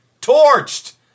torched